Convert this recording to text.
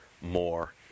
more